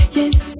yes